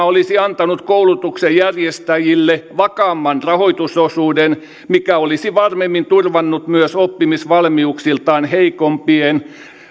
olisi antanut koulutuksen järjestäjille vakaamman rahoitusosuuden mikä olisi varmemmin turvannut myös oppimisvalmiuksiltaan heikompien